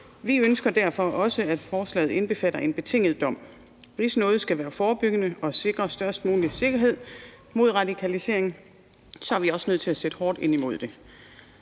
Vi ønsker derfor, at forslaget også indbefatter betinget dom. Hvis noget skal være forebyggende og sikre mest muligt mod radikalisering, er vi også nødt til at sætte hårdt ind mod det.